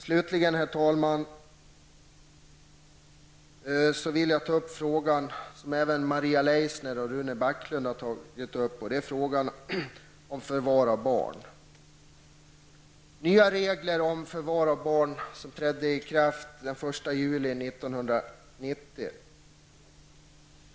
Slutligen, herr talman, vill jag ta upp frågan om förvar av barn, som även berördes av Maria Leissner och Rune Backlund. Nya regler om förvar av barn trädde i kraft den 1 juli 1990.